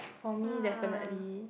for me definitely